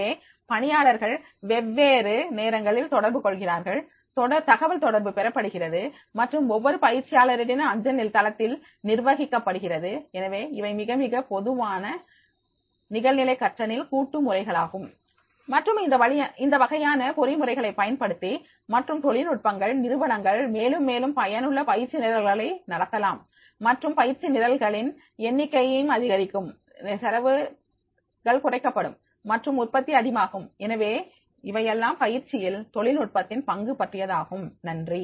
எனவே பணிப்பாளர்கள் வெவ்வேறு நேரங்களில் தொடர்பு கொள்கிறார்கள் தகவல் தொடர்பு பெறப்படுகிறது மற்றும் ஒவ்வொரு பயிற்சியாளரின் அஞ்சல் தளத்தில் நிர்வகிக்கப்படுகிறது எனவே இவை மிக மிக பொதுவான நிகழ்நிலை கற்றலின் கூட்டு முறைகளாகும் மற்றும் இந்த வகையான பொறிமுறைகளை பயன்படுத்தி மற்றும் தொழில்நுட்பங்கள் நிறுவனங்கள் மேலும் மேலும் பயனுள்ள பயிற்சி நிரல்களை நடத்தலாம் மற்றும் பயிற்சி நிரல்களின் எண்ணிக்கையும் அதிகரிக்கும் செலவுகள் குறைக்கப்படும் மற்றும் உற்பத்தி அதிகமாகும் எனவே இவையெல்லாம் பயிற்சியில் தொழில்நுட்பத்தின் பங்கு பற்றியதாகும் நன்றி